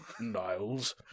Niles